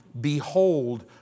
Behold